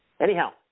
Anyhow